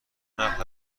نقد